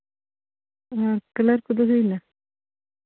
ᱦᱮᱸ ᱠᱟᱞᱟᱨ ᱠᱚᱫᱚ ᱦᱩᱭᱱᱟ